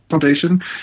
Foundation